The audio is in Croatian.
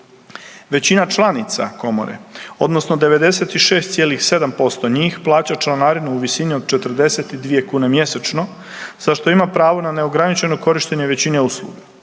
Većina članica komore odnosno 96,7% njih plaća članarinu u visini od 42 kune mjesečno za što ima pravo na neograničeno korištenje većine usluga.